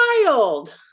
wild